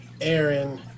Aaron